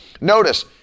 Notice